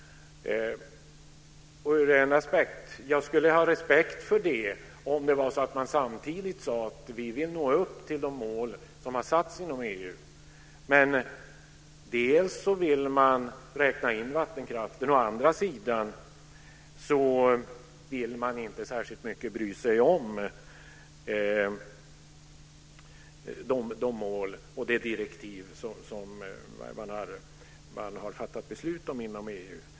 Jag skulle ha respekt för det om man samtidigt sade att man vill nå upp till de mål som har satts inom EU. Å ena sidan vill man räkna in vattenkraften, men man bryr sig å andra sidan inte särskilt mycket om de mål och de direktiv som det har fattats beslut om inom EU.